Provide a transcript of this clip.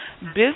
business